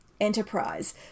Enterprise